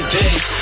days